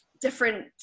different